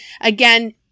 again